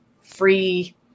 free